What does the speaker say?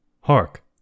Hark